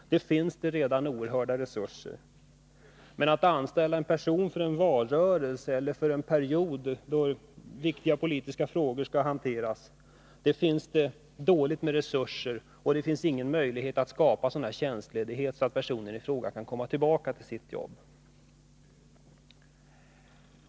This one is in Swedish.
Däremot finns det dåligt med resurser för att anställa en person under en valrörelse eller en period då viktiga politiska frågor skall hanteras. Och det finns ingen möjlighet att ordna sådan tjänstledighet att personen i fråga kan komma tillbaka till sitt jobb.